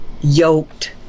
yoked